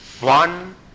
one